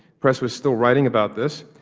press was still writing about this.